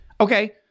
Okay